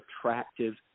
attractive